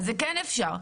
זה כן אפשר.